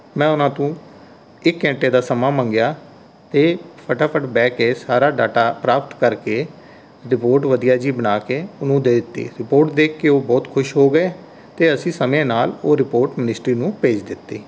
ਮੈਂ ਉਹਨਾਂ ਤੋਂ ਇੱਕ ਘੰਟੇ ਦਾ ਸਮਾਂ ਮੰਗਿਆ ਅਤੇ ਫਟਾ ਫਟ ਬਹਿ ਕੇ ਸਾਰਾ ਡਾਟਾ ਪ੍ਰਾਪਤ ਕਰਕੇ ਰਿਪੋਰਟ ਵਧੀਆ ਜਿਹੀ ਬਣਾ ਕੇ ਉਹਨੂੰ ਦੇ ਦਿੱਤੀ ਰਿਪੋਰਟ ਦੇਖ ਕੇ ਉਹ ਬਹੁਤ ਖੁਸ਼ ਹੋ ਗਏ ਅਤੇ ਅਸੀਂ ਸਮੇਂ ਨਾਲ ਉਹ ਰਿਪੋਰਟ ਮਨਿਸਟਰੀ ਨੂੰ ਭੇਜ ਦਿੱਤੀ